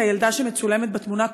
את הילדה שמצולמת בתמונה,